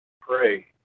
pray